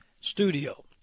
studio